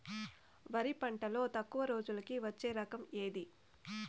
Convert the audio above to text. వరి పంటలో తక్కువ రోజులకి వచ్చే రకం ఏది?